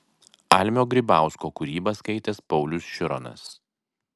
almio grybausko kūrybą skaitys paulius šironas